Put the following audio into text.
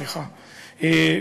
סליחה,